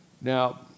Now